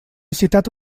citat